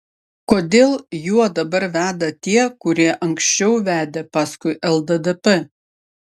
kodėl juo dabar veda tie kurie anksčiau vedė paskui lddp